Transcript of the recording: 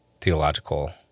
theological